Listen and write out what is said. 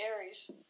Aries